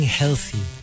healthy